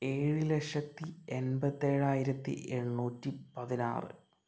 ഏഴുലക്ഷത്തി എമ്പത്തിയേഴായിരത്തി എണ്ണൂറ്റിപതിനാറു